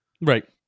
Right